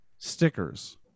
Stickers